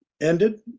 ended